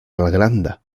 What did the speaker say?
malgranda